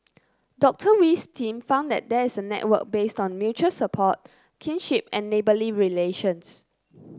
Dr Wee's team found that there is a network based on mutual support kinship and neighbourly relations